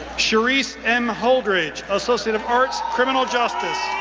cherise m. holdridge, associate of arts, criminal justice.